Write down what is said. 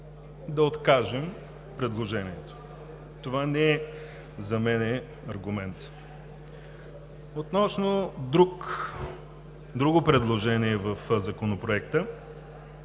да откажем предложението. За мен това не е аргумент. Относно друго предложение в Законопроекта